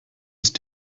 ist